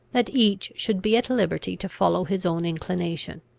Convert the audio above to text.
that each should be at liberty to follow his own inclination.